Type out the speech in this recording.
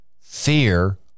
fear